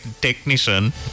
technician